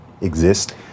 exist